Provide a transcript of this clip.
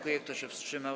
Kto się wstrzymał?